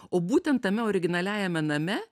o būtent tame originaliajame name